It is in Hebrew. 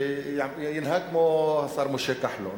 שינהג כמו השר משה כחלון.